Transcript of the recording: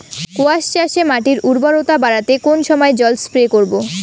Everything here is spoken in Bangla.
কোয়াস চাষে মাটির উর্বরতা বাড়াতে কোন সময় জল স্প্রে করব?